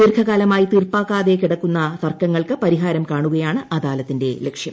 ദീർഘകാലമായി തീർപ്പാകാതെ കിടക്കുന്ന തർക്കങ്ങൾക്ക് പരിഹാരം കാണുകയാണ് അദാലത്തിന്റെ ലക്ഷ്യം